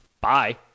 bye